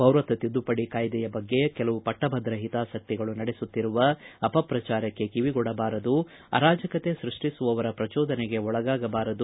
ಪೌರತ್ವ ತಿದ್ದುಪಡಿ ಕಾಯಿದೆಯ ಬಗ್ಗೆ ಕೆಲವು ಪಟ್ಟಭದ್ರ ಹಿತಾಸಕ್ತಿಗಳು ನಡೆಸುತ್ತಿರುವ ಅಪಪ್ರಚಾರಕ್ಕೆ ಕಿವಿಗೊಡಬಾರದು ಅರಾಜಕತೆ ಸ್ಕಷ್ಲಿಸುವವರ ಪ್ರಜೋದನೆಗೆ ಒಳಗಾಗಬಾರದು